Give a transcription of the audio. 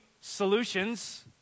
solutions